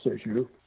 issue